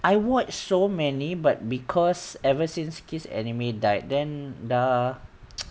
I watched so many but because ever since kiss anime died then dah